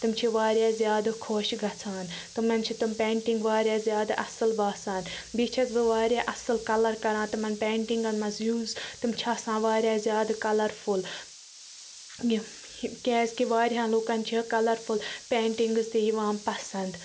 تِم چھِ واریاہ زیادٕ خۄش گژھان تِمَن چھِ تِم پینٹِنٛگ واریاہ زیادٕ اَصٕل باسان بیٚیہِ چھَس بہٕ واریاہ اَصٕل کَلر کران تِمَن پیٹِنٛگَن منٛز یوٗز تِم چھِ آسان واریاہ زیادٕ کَلر فُل یہِ یہِ کیٛازِ کہِ واریاہن لوٗکن چھِ کَلر فُل پیٹِنٛگٔس تہِ یِوان پَسنٛد